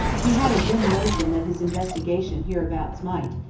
he had a dim notion that his investigation hereabouts might,